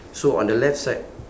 so on the left side